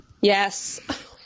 Yes